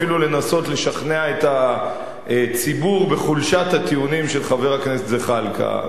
אפילו לנסות לשכנע את הציבור בחולשת הטיעונים של חבר הכנסת זחאלקה.